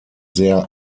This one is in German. sehr